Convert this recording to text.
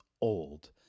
old